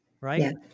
right